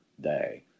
day